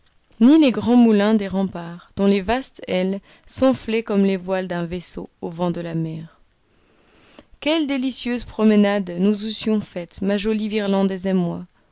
ni les grands moulins des remparts dont les vastes ailes s'enflaient comme les voiles d'un vaisseau au vent de la mer quelles délicieuses promenades nous eussions faites ma jolie virlandaise et moi